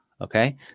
Okay